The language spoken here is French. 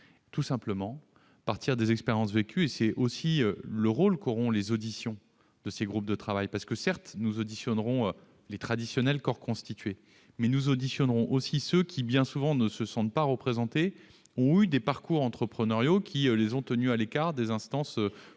c'est-à-dire en partant des expériences vécues. C'est aussi l'objet des auditions de ces groupes de travail. Certes, nous auditionnerons les traditionnels corps constitués, mais nous auditionnerons aussi ceux, qui, bien souvent, ne se sentent pas représentés, ont eu des parcours entrepreneuriaux qui les ont tenus à l'écart des instances délibératives